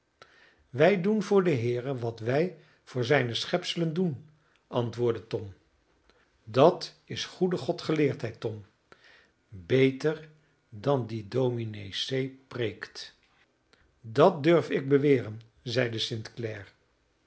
wij doen voor den heere wat wij voor zijne schepselen doen antwoordde tom dat is goede godgeleerdheid tom beter dan die dr c preekt dat durf ik beweren zeide